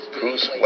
Bruce